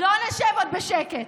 לא נשב עוד בשקט.